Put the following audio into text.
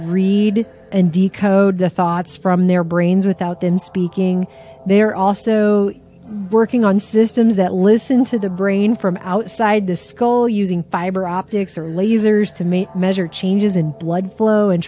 read and decode the thoughts from their brains without them speaking they're also working on systems that listen to the brain from outside the skull using fiber optics or lasers to me measure changes in blood flow and